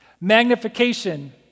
Magnification